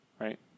right